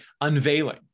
unveiling